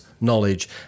knowledge